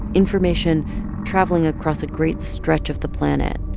information travelling across a great stretch of the planet,